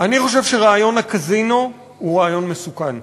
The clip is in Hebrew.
אני חושב שרעיון הקזינו הוא רעיון מסוכן.